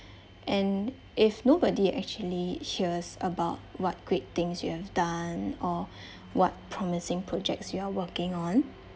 and if nobody actually hears about what great things you have done or what promising projects you are working on